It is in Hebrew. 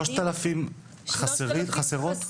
3,000 חסרות?